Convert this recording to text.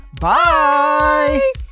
Bye